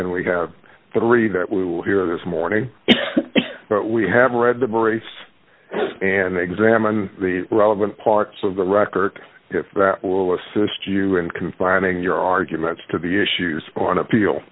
and we have three that we will hear this morning but we have read to brace and examined the relevant parts of the record if that will assist you in confining your arguments to the issues on appeal